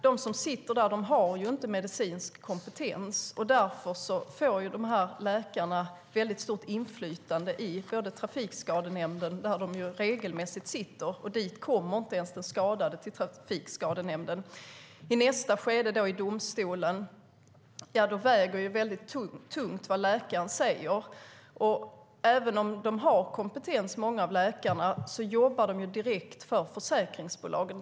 De som sitter där har inte medicinsk kompetens, och därför får läkarna stort inflytande i Trafikskadenämnden, där de regelmässigt sitter. Den skadade kommer inte ens dit. I nästa skede handlar det om domstolen, och där väger det tungt vad läkaren säger. Även om många av läkarna har kompetens jobbar de direkt för försäkringsbolagen.